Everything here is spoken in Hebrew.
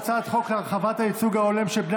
הצעת חוק להרחבת הייצוג ההולם של בני